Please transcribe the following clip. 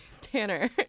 Tanner